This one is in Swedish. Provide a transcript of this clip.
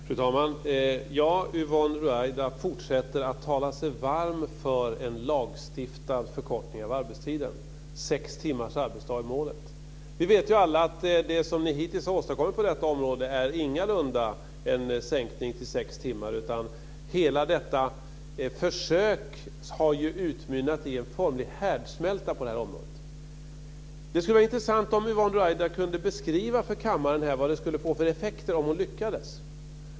Fru talman! Yvonne Ruwaida fortsätter att tala sig varm för en lagstiftad förkortning av arbetstiden. Sex timmars arbetsdag är målet. Vi vet ju alla att det som ni hittills har åstadkommit på detta område ingalunda är en sänkning till sex timmar. Hela detta försök har i stället utmynnat i en formlig härdsmälta på det här området. Det skulle vara intressant om Yvonne Ruwaida kunde beskriva för kammaren vad det skulle få för effekter om ni lyckades.